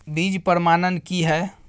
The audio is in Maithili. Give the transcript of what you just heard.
बीज प्रमाणन की हैय?